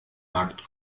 markt